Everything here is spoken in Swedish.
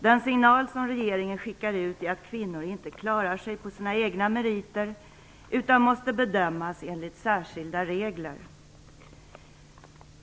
Den signal som regeringen skickar ut är att kvinnor inte klarar sig på sina egna meriter utan måste bedömas enligt särskilda regler.